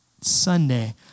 Sunday